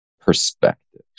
perspective